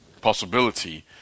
possibility